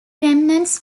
remnants